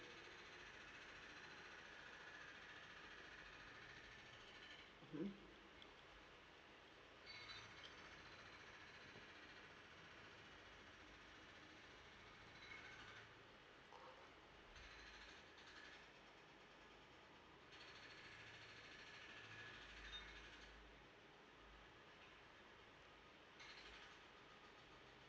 mmhmm